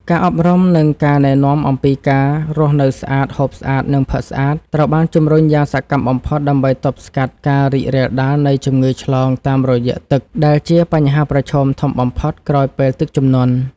ការអប់រំ និងការណែនាំអំពីការរស់នៅស្អាត ហូបស្អាត និងផឹកស្អាត ត្រូវបានជំរុញយ៉ាងសកម្មបំផុត ដើម្បីទប់ស្កាត់ការរីករាលដាលនៃជំងឺឆ្លងតាមរយៈទឹក ដែលជាបញ្ហាប្រឈមធំបំផុតក្រោយពេលទឹកជំនន់។